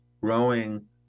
growing